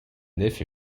nef